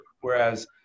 Whereas